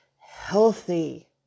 healthy